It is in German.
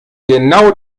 genau